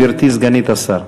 גברתי סגנית השר.